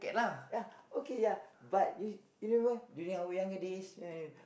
ya okay ya but you you remember during our younger days when we